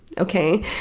okay